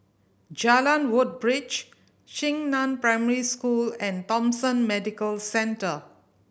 Jalan Woodbridge Xingnan Primary School and Thomson Medical Centre